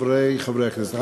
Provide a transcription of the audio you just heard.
חברי חברי הכנסת,